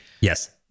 Yes